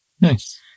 Nice